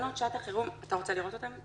אתה רוצה לראות אותן.